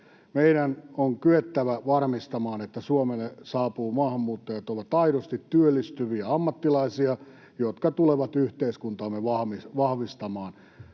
Meidän on kyettävä varmistamaan, että Suomeen saapuu maahanmuuttajia, jotka ovat aidosti työllistyviä ammattilaisia, jotka tulevat yhteiskuntaamme vahvistamaan.